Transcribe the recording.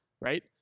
right